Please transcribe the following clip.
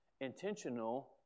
intentional